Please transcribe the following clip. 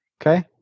okay